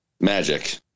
Magic